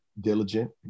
diligent